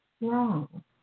wrong